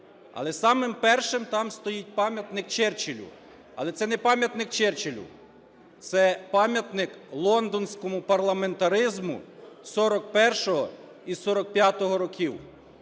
Але самим першим там стоїть пам'ятник Черчиллю. Але це не пам'ятник Черчиллю, це пам'ятник лондонському парламентаризму 41-го і 45-го років.